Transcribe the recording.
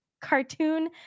cartoon